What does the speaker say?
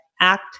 act